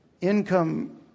income